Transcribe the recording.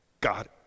God